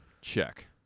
Check